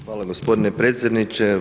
Hvala gospodine predsjedniče.